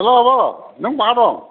हेल' आब' नों बहा दं